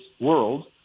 world